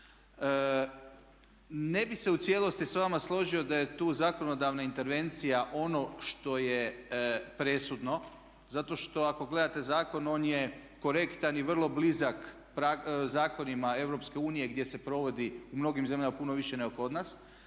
Ne bih se u cijelosti s vama složio da je tu zakonodavna intervencija ono što je presudno zato što ako gledate zakon on je korektan i vrlo blizak zakonima Europske unije gdje se provodi u mnogim zemljama puno više nego kod nas.